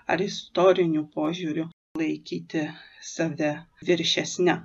ar istoriniu požiūriu laikyti save viršesne